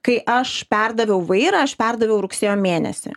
kai aš perdaviau vairą aš perdaviau rugsėjo mėnesį